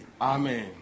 Amen